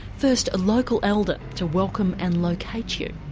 first a local elder to welcome and locate you.